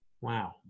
Wow